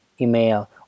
email